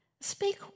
Speak